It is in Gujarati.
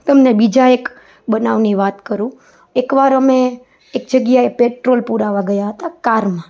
તમને બીજા એક બનાવની વાત કરું એકવાર અમે એક જગ્યાએ પેટ્રોલ પુરાવવા ગયાં હતાં કારમાં